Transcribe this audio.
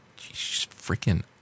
freaking